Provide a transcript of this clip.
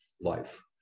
life